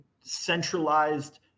centralized